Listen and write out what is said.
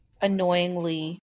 annoyingly